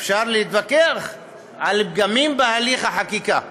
אפשר להתווכח על פגמים בהליך החקיקה,